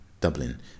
Dublin